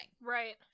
Right